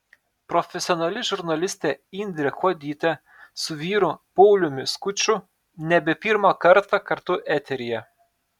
profesionali žurnalistė indrė kuodytė su vyru pauliumi skuču nebe pirmą kartą kartu eteryje